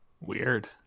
weird